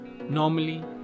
Normally